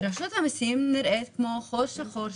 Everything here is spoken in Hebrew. רשות המיסים נראית כמו חור שחור,